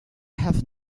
have